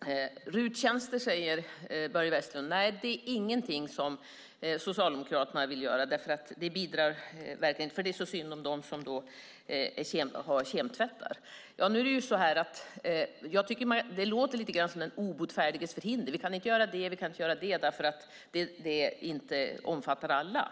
Det är RUT-tjänster, säger Börje Vestlund. Nej, det är inget som Socialdemokraterna vill ha, för det är så synd om dem som har kemtvättar. Det låter som den obotfärdiges förhinder: Vi kan inte göra det eftersom det inte omfattar alla.